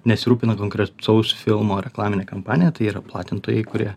nesirūpina konkretaus filmo reklaminė kampanija tai yra platintojai kurie